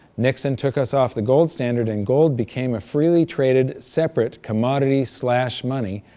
nixon took us off the gold standard and gold became a freely traded, separate, commodity-slash-money,